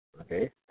Okay